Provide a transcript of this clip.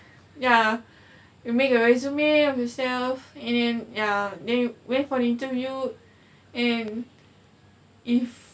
ya you make a resume of yourself and then ya they went for interview and if